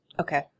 Okay